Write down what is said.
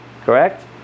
correct